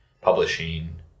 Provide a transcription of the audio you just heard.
Publishing